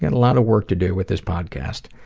a lot of work to do with this podcast.